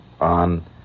on